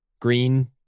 Green